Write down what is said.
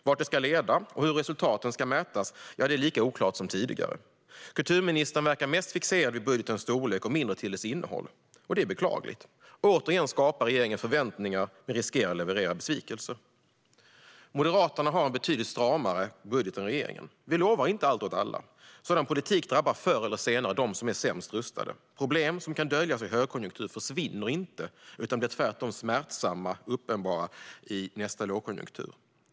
Vart det ska leda och hur resultaten ska mätas är lika oklart som tidigare. Kulturministern verkar mest fixerad vid budgetens storlek och mindre vid dess innehåll. Det är beklagligt. Återigen skapar regeringen förväntningar men riskerar att leverera besvikelser. Moderaterna har en betydligt stramare budget än regeringen. Vi lovar inte allt åt alla. Sådan politik drabbar förr eller senare dem som är sämst rustade. Problem som kan döljas i högkonjunktur försvinner inte utan blir tvärtom smärtsamt uppenbara i nästa lågkonjunktur.